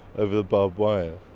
over the barbed wire.